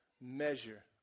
measure